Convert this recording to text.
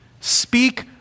speak